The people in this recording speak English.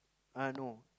uh no